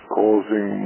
causing